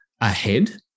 ahead